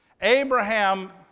Abraham